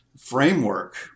framework